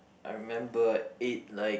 I remember I ate like